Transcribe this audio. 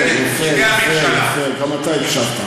יפה, יפה, יפה, גם אתה הקשבת.